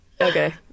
Okay